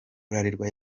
bralirwa